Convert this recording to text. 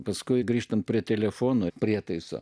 paskui grįžtant prie telefono prietaiso